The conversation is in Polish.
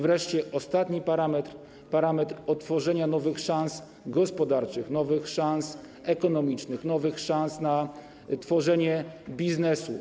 Wreszcie ostatni parametr: otworzenie nowych szans gospodarczych, nowych szans ekonomicznych, nowych szans na tworzenie biznesu.